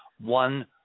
one